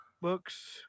books